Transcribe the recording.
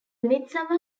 midsummer